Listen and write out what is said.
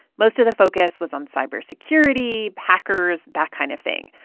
most of the focus was on cybersecurity, hackers, that kind of thing.